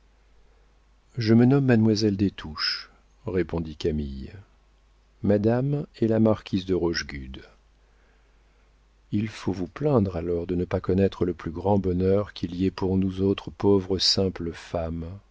je me nomme mademoiselle des touches répondit camille madame est la marquise de rochegude il faut vous plaindre alors de ne pas connaître le plus grand bonheur qu'il y ait pour nous autres pauvres simples femmes